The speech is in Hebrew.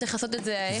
צריך לעשות את זה ההיפך.